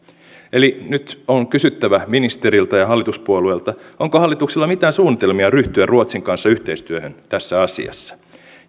yhtäläinen eli nyt on kysyttävä ministeriltä ja hallituspuolueilta onko hallituksella mitään suunnitelmia ryhtyä ruotsin kanssa yhteistyöhön tässä asiassa